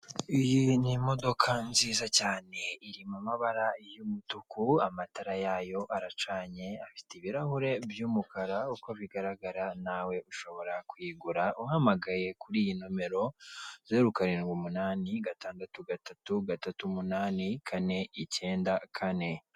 Iyi ni imodoka nziza cyane iri mu mabara y'umutuku amatara yayo aracanye, afite ibirahure by'umukara uko bigaragara nawe ushobora kuyigura uhamagaye kuri iyi nomero, zero karindwi, umunani, gatandatu, gatatu, gatatu, umunani, kane, ikenda, kane.